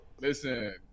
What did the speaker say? Listen